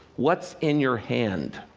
what's in your hand?